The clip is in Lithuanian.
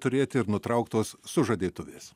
turėti ir nutrauktos sužadėtuvės